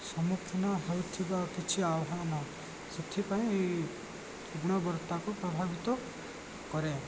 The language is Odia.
ସମ୍ମୁଖୀନ ହେଉଥିବା କିଛି ଆହ୍ୱାନ ସେଥିପାଇଁ ଗୁଣବତ୍ତାକୁ ପ୍ରଭାବିତ କରେ